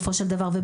אני מבקשת מאוד,